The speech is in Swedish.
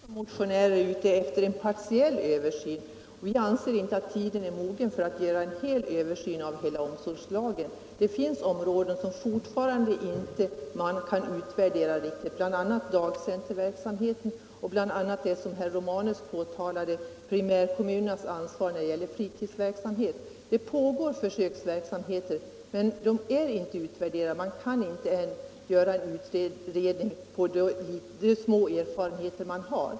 Herr talman! Vi motionärer är ute efter en partiell översyn i detta fall. Vi anser inte att tiden är mogen att göra en hel översyn av hela omsorgslagen. Det finns områden som man fortfarande inte kan utvärdera riktigt, bl.a. dagcenterverksamheten och det som herr Romanus berörde, primärkommunernas ansvar när det gäller fritidsverksamheten. Det pågår försöksverksamheter, men de är inte utvärderade, och med de små erfarenheter som ännu finns är det omöjligt att göra en utvärdering.